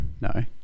no